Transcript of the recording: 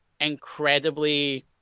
incredibly